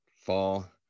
fall